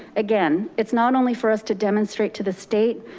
again, it's not only for us to demonstrate to the state,